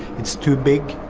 it's too big,